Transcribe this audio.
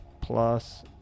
plus